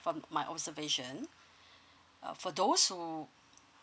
from my observation uh for those who